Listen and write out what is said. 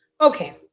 Okay